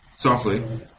Softly